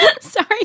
Sorry